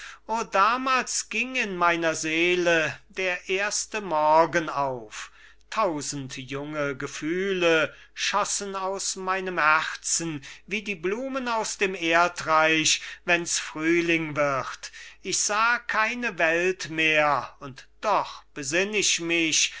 damals ging in meiner seele der erste morgen auf tausend junge gefühle schossen aus meinem herzen wie die blumen aus dem erdreich wenn's frühling wird ich sah keine welt mehr und doch besinn ich mich